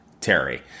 Terry